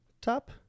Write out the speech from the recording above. top